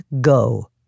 go